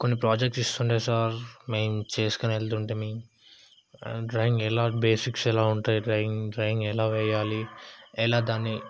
కొన్ని ప్రాజెక్ట్స్ ఇస్తుండే సార్ మేము చేసుకొని వెళుతుంటిమి అండ్ డ్రాయింగ్ ఎలా బేసిక్స్ ఎలా ఉంటాయి డ్రాయింగ్ డ్రాయింగ్ ఎలా వేయాలి ఎలా దాన్ని